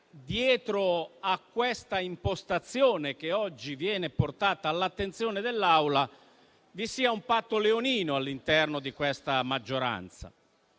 dietro a questa impostazione, che oggi viene portata all'attenzione dell'Assemblea, vi sia un patto leonino all'interno di questa maggioranza,